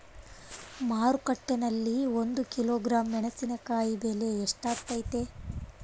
ಮಾರುಕಟ್ಟೆನಲ್ಲಿ ಒಂದು ಕಿಲೋಗ್ರಾಂ ಮೆಣಸಿನಕಾಯಿ ಬೆಲೆ ಎಷ್ಟಾಗೈತೆ?